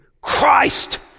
Christ